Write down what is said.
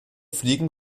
fliegen